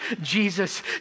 Jesus